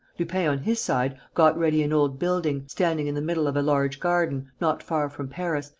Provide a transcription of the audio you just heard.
lupin, on his side, got ready an old building, standing in the middle of a large garden, not far from paris,